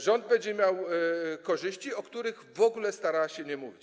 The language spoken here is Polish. Rząd będzie miał korzyści, o których w ogóle starał się nie mówić.